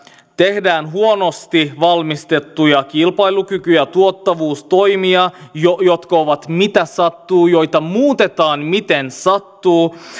tehdään huonosti valmistettuja kilpailukyky ja tuottavuustoimia jotka ovat mitä sattuu joita muutetaan miten sattuu